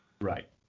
Right